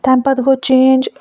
تَمہِ پَتہٕ گوٚو چٮ۪نج